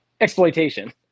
exploitation